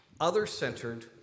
Other-centered